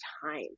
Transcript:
time